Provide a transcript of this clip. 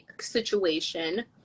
situation